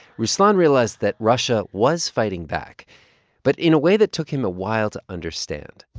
ruslan realized that russia was fighting back but in a way that took him a while to understand.